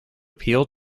appeal